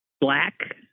black